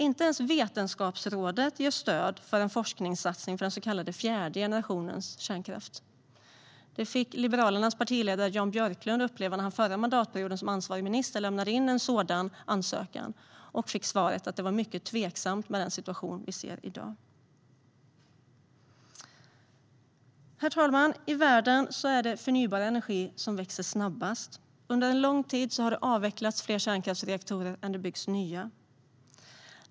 Inte ens Vetenskapsrådet ger stöd för en forskningssatsning på den så kallade fjärde generationens kärnkraftteknik. Det fick Liberalernas partiledare Jan Björklund uppleva när han förra mandatperioden som ansvarig minister lämnade in en sådan ansökan och fick svaret att det var mycket tveksamt med den situation vi ser i dag. Herr talman! I världen är det förnybar energi som växer snabbast. Under lång tid har det avvecklats fler kärnkraftsreaktorer än det byggts nya.